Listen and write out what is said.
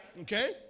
Okay